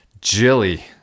Jilly